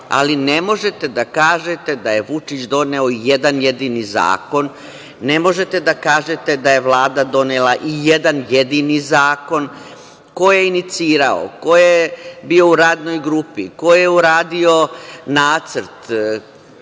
ali ne možete da kažete da je Vučić doneo i jedan jedini zakon. Ne možete da kažete da je Vlada donela i jedan jedini zakon. Ko je inicirao? Ko je bio u radnoj grupi? Ko je uradio nacrt?